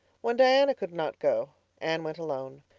when diana could not go anne went alone.